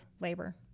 labor